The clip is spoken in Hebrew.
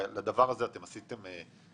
על הדבר הזה עשיתים תחקור?